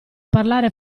parlare